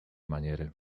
maniery